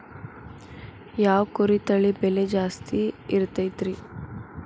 ಯಾವ ಕುರಿ ತಳಿ ಬೆಲೆ ಜಾಸ್ತಿ ಇರತೈತ್ರಿ?